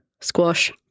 Squash